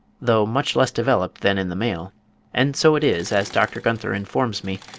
though much less developed than in the male and so it is, as dr. gunther informs me,